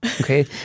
Okay